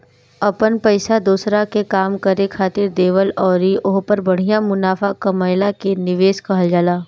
अपन पइसा दोसरा के काम करे खातिर देवल अउर ओहपर बढ़िया मुनाफा कमएला के निवेस कहल जाला